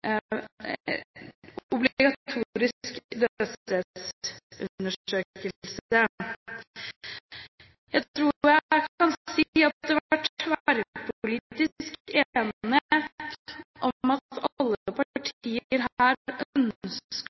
obligatorisk dødsstedsundersøkelse når barn dør. Jeg tror jeg kan si at det var tverrpolitisk enighet og alle partier